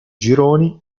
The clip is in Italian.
gironi